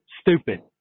stupid